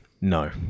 No